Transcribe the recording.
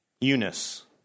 Eunice